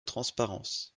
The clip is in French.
transparence